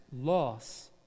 loss